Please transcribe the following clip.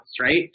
right